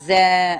לא.